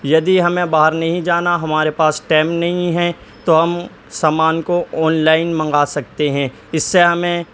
یدی ہمیں باہر نہیں جانا ہمارے پاس ٹیم نہیں ہے تو ہم سامان کو آنلائن منگا سکتے ہیں اس سے ہمیں